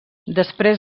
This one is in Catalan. després